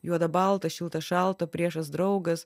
juoda balta šilta šalta priešas draugas